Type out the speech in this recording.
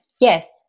Yes